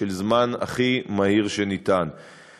של זמן הכי קצר שאפשר,